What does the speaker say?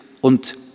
und